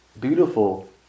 beautiful